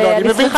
אני מבין.